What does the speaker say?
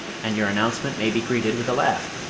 and your announcement may be greeted with a laugh.